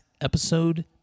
Episode